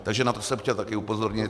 Takže na to jsem chtěl taky upozornit.